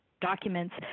documents